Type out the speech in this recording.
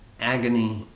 agony